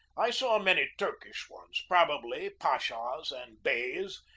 i saw many turkish ones, probably pashas and beys,